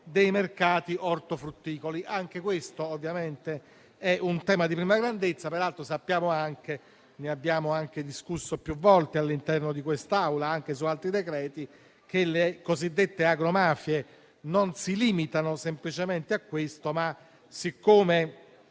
dei mercati ortofrutticoli. Anche questo ovviamente è un tema di primaria grandezza. Sappiamo anche - perché ne abbiamo discusso più volte all'interno di quest'Aula anche su altri provvedimenti - che le cosiddette agromafie non si limitano semplicemente a questo, ma per